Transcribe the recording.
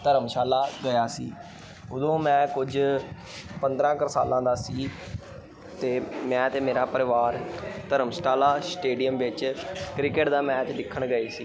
ਧਰਮਸ਼ਾਲਾ ਗਿਆ ਸੀ ਉਦੋਂ ਮੈਂ ਕੁਝ ਪੰਦਰਾਂ ਕੁ ਸਾਲਾਂ ਦਾ ਸੀ ਅਤੇ ਮੈਂ ਅਤੇ ਮੇਰਾ ਪਰਿਵਾਰ ਧਰਮਸਟਾਲਾ ਸਟੇਡੀਅਮ ਵਿੱਚ ਕ੍ਰਿਕਟ ਦਾ ਮੈਚ ਦੇਖਣ ਗਏ ਸੀ